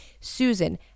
Susan